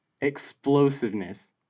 explosiveness